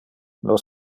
nos